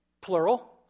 plural